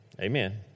Amen